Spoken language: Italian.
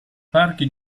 parchi